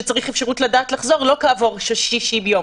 צריך אפשרות לדעת מתי חוזרים ולא אחרי 60 יום.